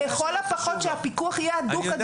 שלכל הפחות הפיקוח יהיה הדוק, הדוק, הדוק.